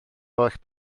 holl